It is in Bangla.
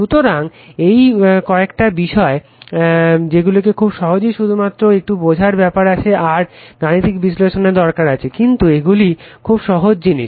সুতরাং এই কয়েকটা বিষয় যেগুলি খুবই সহজ শুধুমাত্র একটু বোঝার ব্যাপার আছে আর গাণিতিক বিশ্লেষণের দরকার আছে কিন্তু এগুলি খুবই সহজ জিনিস